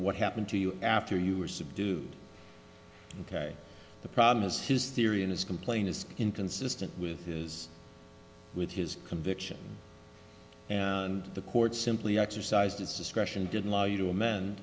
what happened to you after you were subdued ok the problem is his theory and his complaint is inconsistent with his with his conviction and the court simply exercised its discretion didn't lie you to a